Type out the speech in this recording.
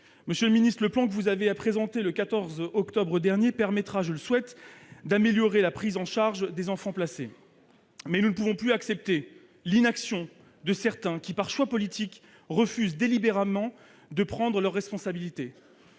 Monsieur le secrétaire d'État, le plan que vous avez présenté le 14 octobre dernier permettra- je le souhaite -d'améliorer la prise en charge des enfants placés. Mais nous ne pouvons plus accepter l'inaction de certains, qui, par choix politique, refusent délibérément de prendre leurs responsabilités.